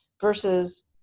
versus